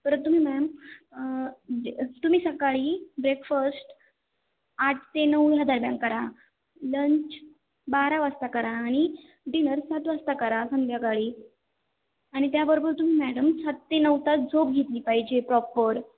परत तुम्ही मॅम तुम्ही सकाळी ब्रेकफस्ट आठ ते नऊ ह्या दरम्यान करा लंच बारा वाजता करा आणि डिनर सात वाजता करा संध्याकाळी आणि त्याबरोबर तुम्ही मॅडम सात ते नऊ तास झोप घेतली पाहिजे प्रॉपर